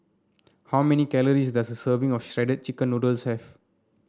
how many calories does a serving of Shredded Chicken Noodles have